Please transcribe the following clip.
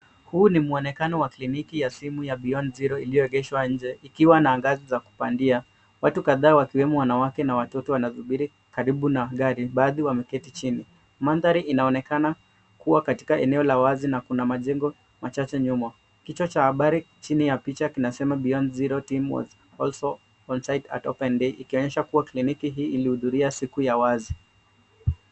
Huu ni mwonekano wa kliniki ya simu ya Beyond Zero iliyoegeshwa nje ikiwa na ngazi za kupandia. Watu kadhaa wakiwemo wanawake na wototo wanasubiri karibu na gari, baadhi wameketi chini. Mandhari inaonekana kuwa katika eneo la wazi na kuna majengo machache nyuma. Kichwa cha habari chini ya picha kinasema Beyond Zero team was also onsite at Open Day ikionyesha kuwa kliniki hii ilihudhuria siku ya wazi.